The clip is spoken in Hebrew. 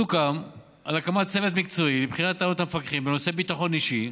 סוכם על הקמת צוות מקצועי לבחינת טענות המפקחים בנושא ביטחון אישי.